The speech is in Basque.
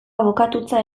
abokatutza